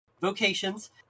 Vocations